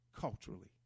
culturally